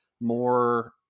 more